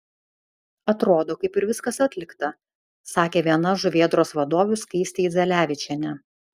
atrodo kaip ir viskas atlikta sakė viena žuvėdros vadovių skaistė idzelevičienė